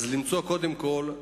אז למצוא קודם כול,